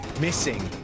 Missing